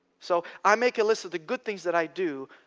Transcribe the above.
so i make a list of the good things that i do,